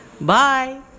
Bye